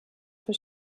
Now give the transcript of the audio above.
für